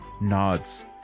nods